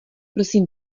prosím